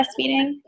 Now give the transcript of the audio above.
breastfeeding